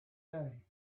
day